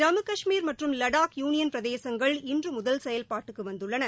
ஜம்மு கஷ்மீர் மற்றும் லடாக் யூனியன் பிரதேசங்கள் இன்று முதல் செயவ்பாட்டுக்கு வந்துள்ளன